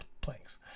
planks